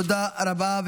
תודה רבה.